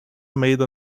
made